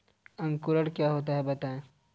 अंकुरण क्या होता है बताएँ?